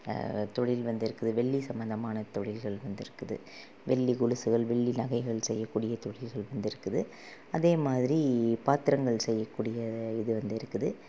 தொழில் வந்து இருக்குது வெள்ளி சம்மந்தமான தொழில்கள் வந்து இருக்குது வெள்ளி கொலுசுகள் வெள்ளி நகைகள் செய்யக்கூடிய தொழில்கள் வந்து இருக்குது அதேமாதிரி பாத்திரங்கள் செய்யக்கூடிய இது வந்து இருக்குது